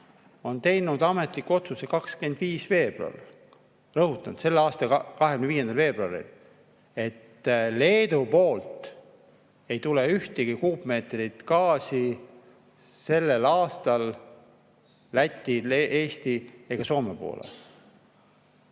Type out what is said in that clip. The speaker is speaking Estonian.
on teinud ametliku otsuse 25. veebruaril, rõhutanud selle aasta 25. veebruaril, et Leedu poolt ei tule ühtegi kuupmeetrit gaasi sellel aastal Läti, Eesti ega Soome poole.